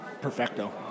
perfecto